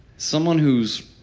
someone who's